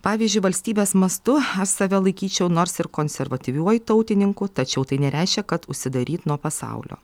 pavyzdžiui valstybės mastu aš save laikyčiau nors ir konservatyviuoju tautininku tačiau tai nereiškia kad užsidaryt nuo pasaulio